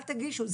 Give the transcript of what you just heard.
אל תגישו,